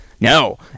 No